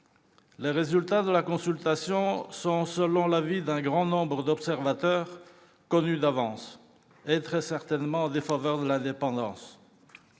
Les résultats de la consultation sont, de l'avis d'un grand nombre d'observateurs, connus d'avance et très certainement en défaveur de l'indépendance.